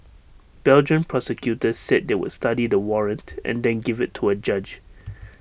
Belgian prosecutors said they would study the warrant and then give IT to A judge